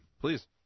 Please